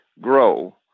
grow